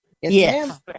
Yes